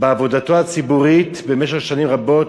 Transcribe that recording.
בעבודתו הציבורית במשך שנים רבות.